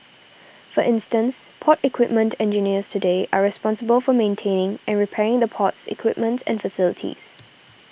for instance port equipment engineers today are responsible for maintaining and repairing the port's equipment and facilities